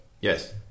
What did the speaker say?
Yes